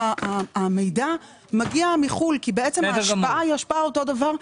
המידע מגיע מחוץ לארץ כי בעצם ההשפעה היא אותה השפעה.